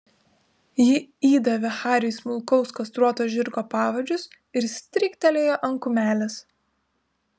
ji įdavė hariui smulkaus kastruoto žirgo pavadžius ir stryktelėjo ant kumelės